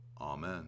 Amen